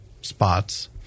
spots